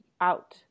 out